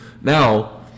Now